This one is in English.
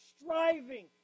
striving